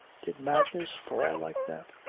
did madness fall like that?